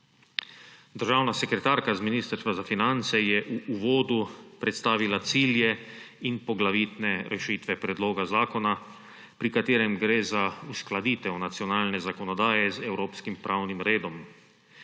Državna sekretarka Ministrstva za finance je v uvodu predstavila cilje in poglavitne rešitve predloga zakona, pri katerem gre za uskladitev nacionalne zakonodaje z evropskim pravnim redom.